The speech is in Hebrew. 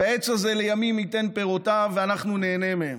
והעץ הזה לימים ייתן פירותיו, ואנחנו נהנה מהם.